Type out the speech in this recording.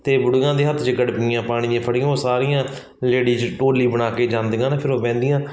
ਅਤੇ ਬੁੜੀਆਂ ਦੇ ਹੱਥ 'ਚ ਗੜਵੀਆਂ ਪਾਣੀ ਦੀਆਂ ਫੜੀਆਂ ਉਹ ਸਾਰੀਆਂ ਲੇਡੀਜ਼ ਟੋਲੀ ਬਣਾ ਕੇ ਜਾਂਦੀਆਂ ਨੇ ਫਿਰ ਉਹ ਬਹਿੰਦੀਆਂ